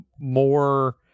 more